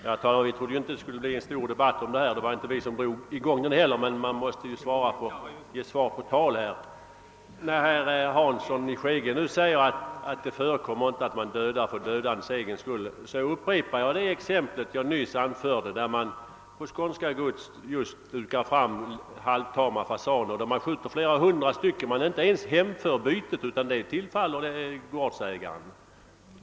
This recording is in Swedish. Herr talman! Jag trodde inte att det skulle bli en stor debatt om detta, och det var inte heller vi motionärer som drog i gång den. Men man måste ju ge svar på tal. När herr Hansson i Skegrie säger att det inte förekommer att man dödar för dödandets egen skull, vill jag upprepa det exempel jag nyss anförde, nämligen att gäster på 'skånska gods jagar halvtama fasaner och skjuter flera hundra. Och de inte ens hemför bytet, utan detta tillfaller gårdsägaren.